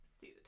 suit